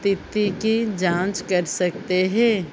स्थिति की जाँच कर सकते हैं